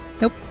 Nope